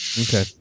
okay